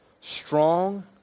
strong